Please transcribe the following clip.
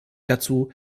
dazu